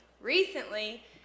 recently